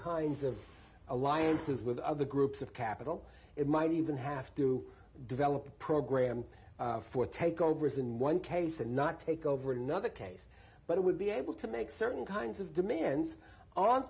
kinds of alliances with other groups of capital it might even have to develop a program for takeovers in one case and not take over another case but it would be able to make certain kinds of demands on